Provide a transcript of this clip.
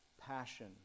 passion